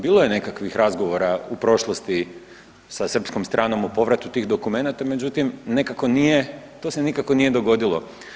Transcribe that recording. Bilo je nekakvih razgovora u prošlosti sa srpskom stranom o povratu tih dokumenata, međutim nekako nije, to se nikako nije dogodilo.